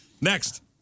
Next